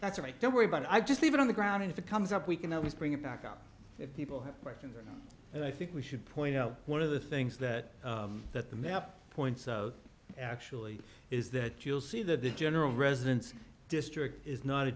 that's right don't worry about it i just leave it on the ground and if it comes up we can always bring it back out if people have questions and i think we should point out one of the things that that the map points of actually is that you'll see that the general residence district is not a